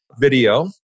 video